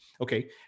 okay